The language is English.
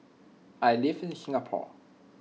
I live in Singapore